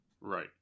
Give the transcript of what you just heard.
Right